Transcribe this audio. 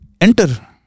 enter